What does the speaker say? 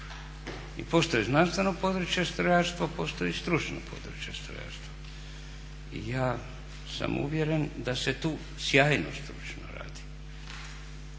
I postoji znanstveno područje strojarstvo, postoji stručno područje strojarstvo. I ja sam uvjeren da se tu sjajno stručno radi